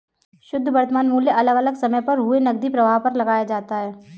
शुध्द वर्तमान मूल्य अलग अलग समय पर हुए नकदी प्रवाह पर लगाया जाता है